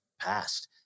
past